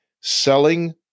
selling